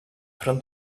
from